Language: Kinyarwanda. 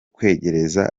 kwegera